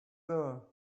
there